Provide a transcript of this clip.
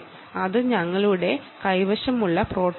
അതായിരുന്നു ഞങ്ങൾ തിരഞ്ഞെടുത്ത പ്രോട്ടോക്കോൾ